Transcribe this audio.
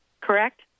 Correct